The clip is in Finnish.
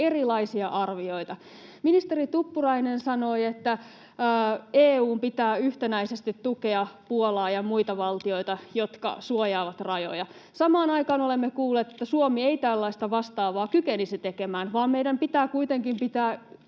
erilaisia arvioita. Ministeri Tuppurainen sanoi, että EU:n pitää yhtenäisesti tukea Puolaa ja muita valtioita, jotka suojaavat rajoja. Samaan aikaan olemme kuulleet, että Suomi ei tällaista vastaavaa kykenisi tekemään, vaan meidän pitää kuitenkin